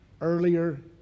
earlier